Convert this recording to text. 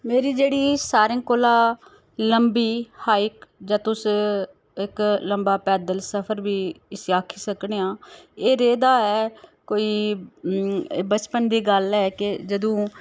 मेरी जेह्ड़ी सारें कोला लंबी हाइक जां तुस इक लंबा पैदल सफर बी इसी आखी सकने आं एह् रेह्दा ऐ कोई बचपन दी गल्ल ऐ के जदूं